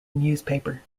newspaper